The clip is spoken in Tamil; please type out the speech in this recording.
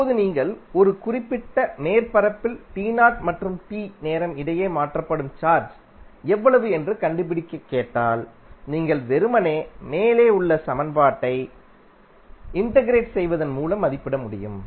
இப்போது நீங்கள் ஒரு குறிப்பிட்ட மேற்பரப்பில் மற்றும் நேரம் இடையே மாற்றப்படும் சார்ஜ் எவ்வளவு என கண்டுபிடிக்க கேட்டால் நீங்கள் வெறுமனே மேலே உள்ள சமன்பாட்டை இண்டக்ரேட் செய்வதன் மூலம் மதிப்பிட முடியும்